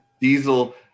Diesel